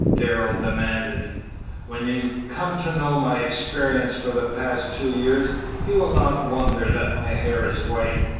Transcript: darrell demanded when you come to know my experience for the past two years you will not wonder that my hair is white.